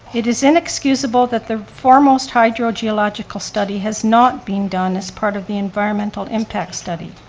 it is inexcusable that the foremost hydrogeological study has not been done as part of the environmental impact study.